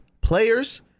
players